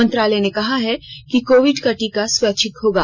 मंत्रालय ने कहा है कि कोविड का टीका स्वैच्छिक होगा